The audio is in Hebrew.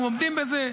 אנחנו עומדים בזה.